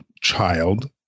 child